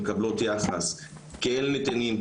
שמקבלות יחס כאל נתינים,